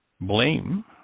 blame